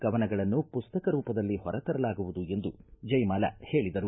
ಕವನಗಳನ್ನು ಪುಸ್ತಕ ರೂಪದಲ್ಲಿ ಹೊರತರಲಾಗುವುದು ಎಂದು ಜಯಮಾಲಾ ಹೇಳಿದರು